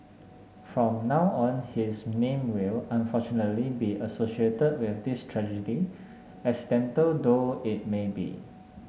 from now on his name will unfortunately be associated with this tragedy accidental though it may be